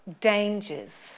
dangers